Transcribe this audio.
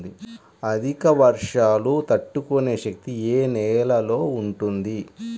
అధిక వర్షాలు తట్టుకునే శక్తి ఏ నేలలో ఉంటుంది?